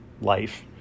life